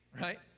Right